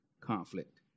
Conflict